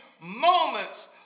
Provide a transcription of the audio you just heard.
Moments